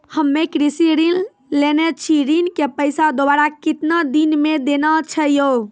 हम्मे कृषि ऋण लेने छी ऋण के पैसा दोबारा कितना दिन मे देना छै यो?